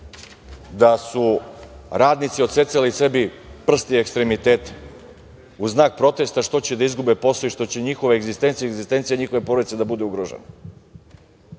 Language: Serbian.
da su radnici odsecali sebi prste i ekstremitete u znak protesta što će da izgube posao i što će njihova egzistencija i egzistencija njihove porodice da bude ugrožena. Imali